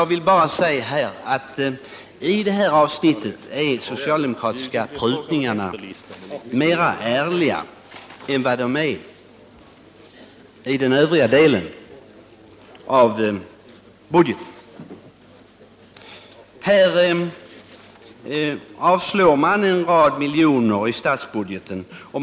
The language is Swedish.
Jag vill bara säga att i detta avsnitt är de socialdemokratiska prutningarna mera ärliga än i den övriga delen av budgeten.